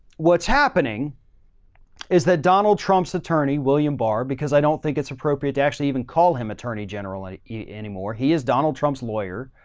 what's happening is that donald trump's attorney, william barr, because i don't think it's appropriate to actually even call him attorney, generally eat anymore. he is donald trump's lawyer.